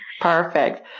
Perfect